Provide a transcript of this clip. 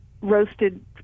roasted